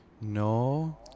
No